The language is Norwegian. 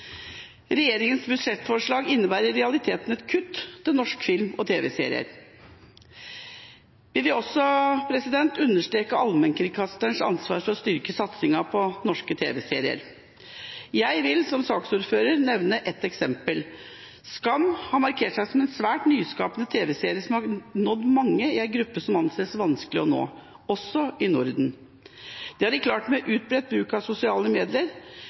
Regjeringas budsjettforslag innebærer i realiteten et kutt til norske filmer og tv-serier. Vi vil også understreke allmennkringkasterens ansvar for å styrke satsingen på norske tv-serier. Jeg vil, som saksordføreren, nevne et eksempel. Skam har markert seg som en svært nyskapende tv-serie, som har klart å nå mange i en gruppe som anses som vanskelige å nå, også i Norden. Det har de klart med bl.a. utbredt bruk av sosiale